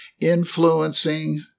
influencing